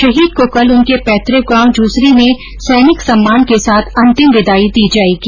शहीद को कल उनके पैतुक गांव जूसरी में सैनिक सम्मान के साथ अंतिम विदाई दी जायेगी